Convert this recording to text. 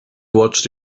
watched